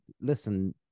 listen